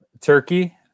turkey